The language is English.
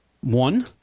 One